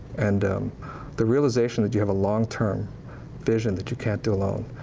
and um the realization that you have a longterm vision that you can't do alone,